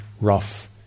rough